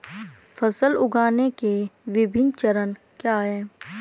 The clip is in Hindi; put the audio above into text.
फसल उगाने के विभिन्न चरण क्या हैं?